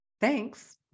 Thanks